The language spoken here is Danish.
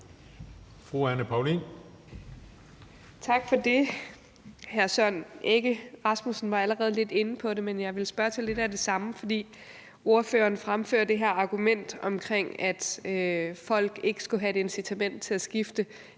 Tak for det. Hr. Søren Egge Rasmussen var allerede lidt inde på det, men jeg vil spørge til lidt af det samme, nemlig at ordføreren fremfører det her argument om, at folk ikke skulle have et incitament til at skifte